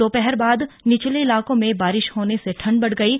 दोपहर बाद निचले इलाकों में बारिश होने से ठंड बढ़ गई है